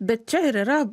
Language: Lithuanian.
bet čia ir yra